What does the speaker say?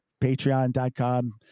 patreon.com